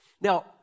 Now